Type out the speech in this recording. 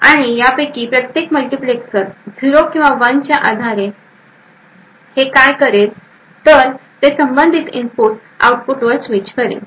आणि यापैकी प्रत्येक मल्टीप्लेक्सर 0 किंवा 1 इनपुटच्या आधारे हे काय करेल तर ते संबंधित इनपुट आउटपुटवर स्विच करेल